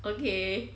okay